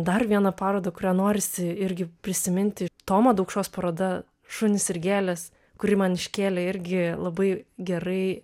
dar vieną parodą kurią norisi irgi prisiminti tomo daukšos paroda šunys ir gėlės kuri man iškėlė irgi labai gerai